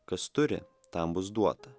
kas turi tam bus duota